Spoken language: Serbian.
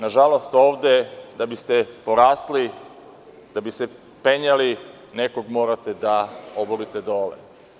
Nažalost, ovde da biste porasli, da bi se penjali, nekog morate da oborite dole.